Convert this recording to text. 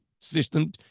system